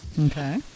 Okay